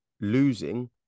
losing